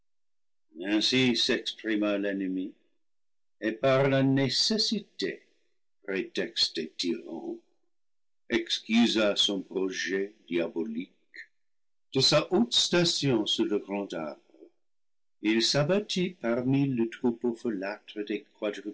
l'ennemi et par la nécessité prétexte des tyrans excusa son projet diabolique de sa haute station sur le grand arbre il s'abattit parmi le